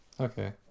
Okay